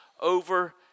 over